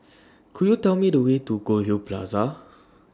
Could YOU Tell Me The Way to Goldhill Plaza